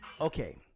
Okay